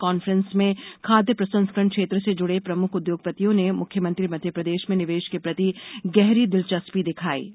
conference में खाद्य प्र संस्करण क्षेत्र से जुड़े प्रमुख उद्योगपतियों ने मुख्यमंत्री मध्यप्रदेश में निवेश के प्रति गहरी दिलचस्पी दिखायी